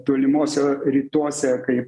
tolimuose rytuose kaip